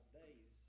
days